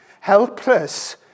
Helpless